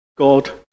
God